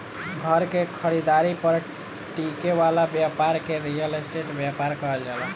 घर के खरीदारी पर टिके वाला ब्यपार के रियल स्टेट ब्यपार कहल जाला